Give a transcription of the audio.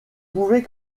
pouvez